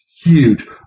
huge